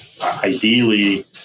ideally